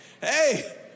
Hey